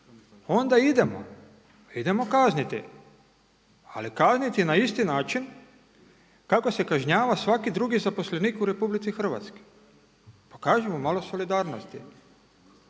onda idemo, idemo kazniti. Ali kazniti na isti način kako se kažnjava svaki drugi zaposlenik u Republici Hrvatskoj. Pokažimo malo solidarnosti.